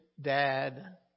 dad